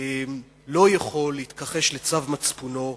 לא יכול להתכחש לצו מצפונו,